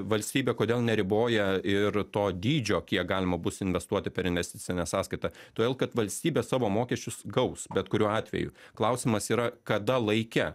valstybė kodėl neriboja ir to dydžio kiek galima bus investuoti per investicinę sąskaitą todėl kad valstybė savo mokesčius gaus bet kuriuo atveju klausimas yra kada laike